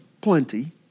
plenty